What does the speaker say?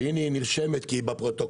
והיא נרשמת כי היא בפרוטוקול